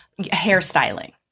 hairstyling